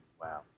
Wow